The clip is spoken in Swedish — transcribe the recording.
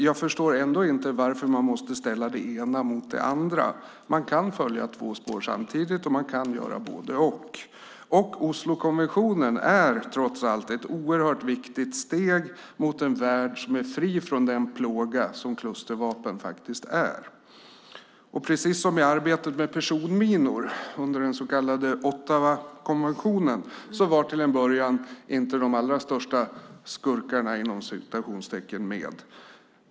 Jag förstår ändå inte varför man måste ställa det ena mot det andra; man kan följa två spår samtidigt, man kan göra både och. Oslokonventionen är trots allt ett oerhört viktigt steg mot en värld som är fri från den plåga som klustervapen faktiskt är. Precis som i arbetet med personminor inom ramen för den så kallade Ottawakonventionen var till en början de allra största "skurkarna" inte med.